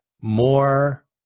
more